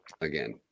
again